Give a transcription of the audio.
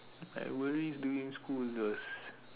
I will during the school this